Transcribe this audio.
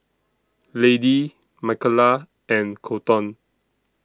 Lady Michaela and Kolton